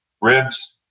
Ribs